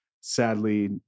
sadly